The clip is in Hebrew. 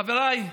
חבריי,